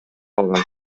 калган